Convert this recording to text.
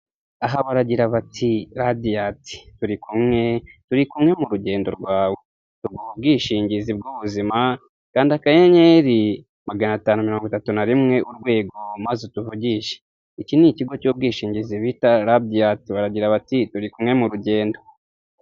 Aha baragira bati Radiyanti turi kumwe, turi kumwe mu rugendo rwawe, tuguha ubwishingizi bw'ubuzima kanda akayenyeri magana tanu mirongo itatu na rimwe urwego maze utuvugishe, iki ni ikigo cy'ubwishingizi bita Radiyandi, baragira bati turi kumwe mu rugendo.